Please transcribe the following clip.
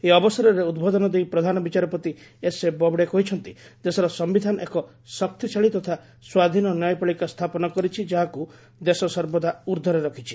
ଏହି ଅବସରରେ ଉଦ୍ବୋଧନ ଦେଇ ପ୍ରଧାନ ବିଚାରପତି ଏସ୍ଏ ବୋବ୍ଡେ କହିଛନ୍ତି ଦେଶର ସିିଧାନ ଏକ ଶକ୍ତିଶାଳୀ ତଥା ସ୍ୱାଧୀନ ନ୍ୟାୟପାଳିକ ସ୍ଥାପନ କରିଛି ଯାହାକୁ ଦେଶ ସର୍ବଦା ଊର୍ଦ୍ଧ୍ୱରେ ରଖିଛି